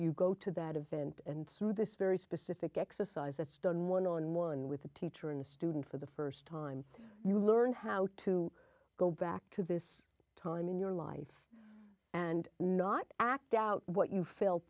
you go to that event and through this very specific exercise it's done one on one with the teacher and student for the st time you learn how to go back to this time in your life and not act out what you felt